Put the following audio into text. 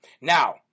Now